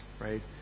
right